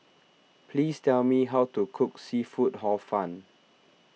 please tell me how to cook Seafood Hor Fun